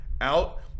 out